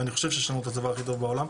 ואני חושב שיש לנו את הצבא הכי טוב בעולם,